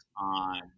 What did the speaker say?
on